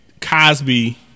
Cosby